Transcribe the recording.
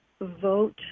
vote